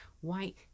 white